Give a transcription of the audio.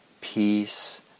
peace